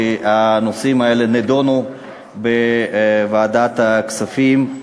והנושאים האלה נדונו בוועדת הכספים.